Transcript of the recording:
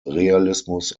realismus